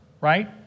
right